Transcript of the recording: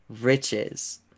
riches